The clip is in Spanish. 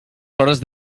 horas